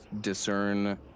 discern